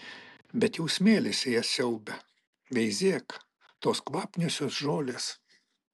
bet jau smėlis jas siaubia veizėk tos kvapniosios žolės